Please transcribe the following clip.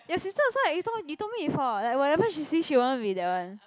your sister also like you told me you told me before like whatever she sees she want to be that one